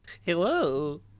Hello